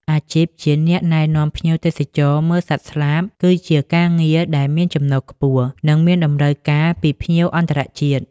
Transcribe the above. អាជីពជាអ្នកណែនាំភ្ញៀវទេសចរមើលសត្វស្លាប គឺជាការងារដែលមានចំណូលខ្ពស់ និងមានតម្រូវការពីភ្ញៀវអន្តរជាតិ។